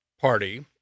party